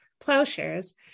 Plowshares